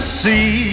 see